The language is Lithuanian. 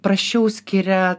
prasčiau skiria